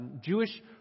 Jewish